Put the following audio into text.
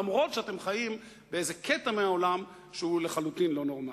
אף-על-פי שאתם חיים באיזה קטע מהעולם שהוא לחלוטין לא נורמלי.